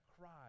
cry